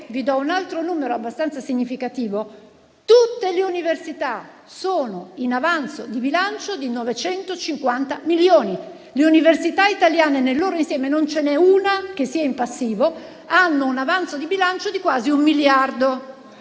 vi do un altro numero abbastanza significativo - tutte le università sono in avanzo di bilancio di 950 milioni. Le università italiane, nel loro insieme - non ce n'è una che sia in passivo - hanno un avanzo di bilancio di quasi un miliardo.